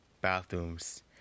bathrooms